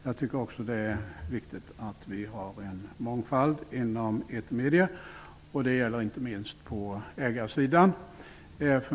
Jag tycker också att det är viktigt att vi har en mångfald inom etermedierna. Det gäller inte minst på ägarsidan.